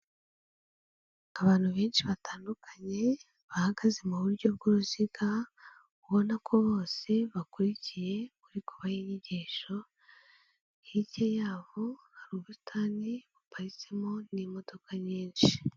Abantu benshi batandukanye, bahagaze muburyo bw'uruziga, ubona ko bose bakurikiye ukuri kuba inyigisho, hirya y'abo hari ubusitani buparitsemo n'imodoka nyinshi.